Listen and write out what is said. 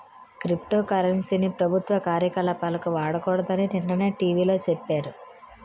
crypto currency ని ప్రభుత్వ కార్యకలాపాలకు వాడకూడదని నిన్ననే టీ.వి లో సెప్పారు